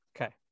Okay